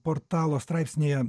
portalo straipsnyje